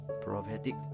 prophetic